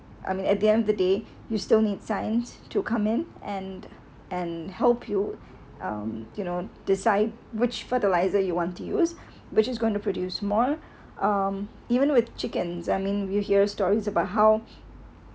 I mean at the end of the day you still need science to come in and and help you um you know decide which fertilizer you want to use which is going to produce more um even with chickens I mean you hear stories about how